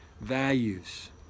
values